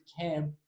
camp